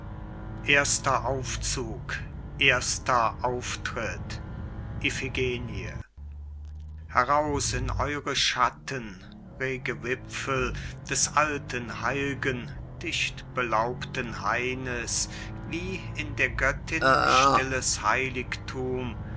erster aufzug erster auftritt iphigenie heraus in eure schatten rege wipfel des alten heil'gen dichtbelaubten haines wie in der göttin stilles heiligthum